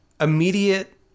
immediate